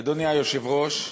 אדוני היושב-ראש,